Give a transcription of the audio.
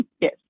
Yes